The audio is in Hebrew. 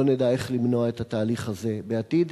לא נדע איך למנוע את התהליך הזה בעתיד.